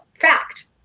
fact